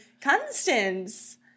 Constance